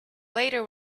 later